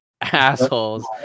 assholes